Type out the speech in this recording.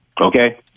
Okay